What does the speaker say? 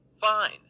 fine